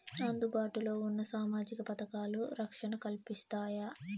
అందుబాటు లో ఉన్న సామాజిక పథకాలు, రక్షణ కల్పిస్తాయా?